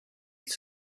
sich